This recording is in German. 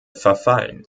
verfallen